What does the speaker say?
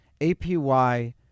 APY